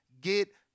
get